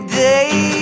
day